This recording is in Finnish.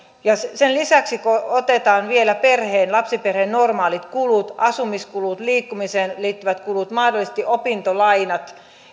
sen lisäksi kun otetaan vielä lapsiperheen normaalit kulut asumiskulut liikkumiseen liittyvät kulut mahdollisesti opintolainat